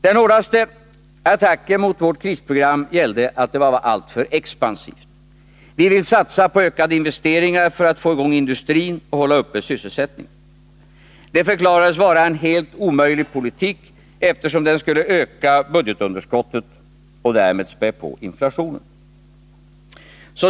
Den hårdaste attacken mot vårt krisprogram gällde att det var alltför expansivt. Vi vill satsa på ökade investeringar för att få i gång industrin och hålla uppe sysselsättningen. Detta förklarades vara en helt omöjlig politik, eftersom den skulle öka budgetunderskottet och därmed spä på inflationen.